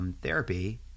therapy